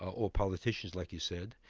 or politicians, like you said.